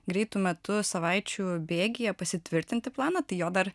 greitu metu savaičių bėgyje pasitvirtinti planą tai jo dar